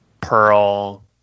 Pearl